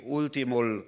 ultimul